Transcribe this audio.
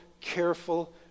careful